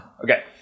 Okay